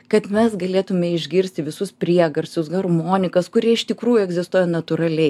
kad mes galėtume išgirsti visus priegarsius harmonikas kurie iš tikrųjų egzistuoja natūraliai